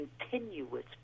continuous